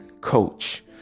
coach